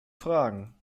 fragen